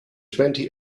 twenty